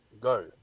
go